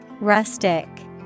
rustic